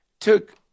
took